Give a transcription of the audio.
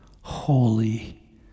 holy